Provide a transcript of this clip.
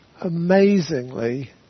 amazingly